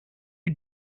you